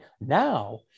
Now